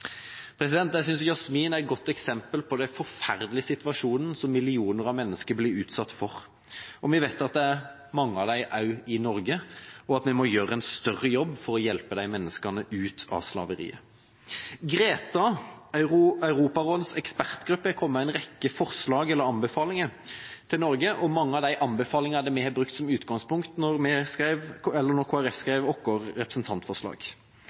intervjuet. Jeg synes Yasmin er et godt eksempel på den forferdelige situasjonen som millioner av mennesker blir utsatt for. Vi vet at det er mange av dem også i Norge, og at vi må gjøre en større jobb for å hjelpe disse menneskene ut av slaveriet. GRETA, Europarådets ekspertgruppe, har kommet med en rekke forslag, eller anbefalinger, til Norge, og mange av de anbefalingene har vi brukt som utgangspunkt da Kristelig Folkeparti skrev vårt representantforslag. I lang tid har vi